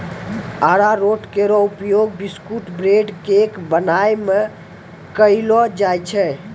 अरारोट केरो उपयोग बिस्कुट, ब्रेड, केक बनाय म कयलो जाय छै